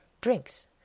drinks